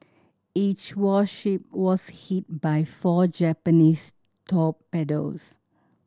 each warship was hit by four Japanese torpedoes